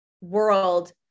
world